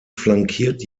flankiert